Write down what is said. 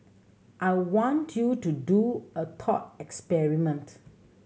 I want you to do a thought experiment